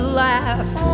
laugh